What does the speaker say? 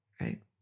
right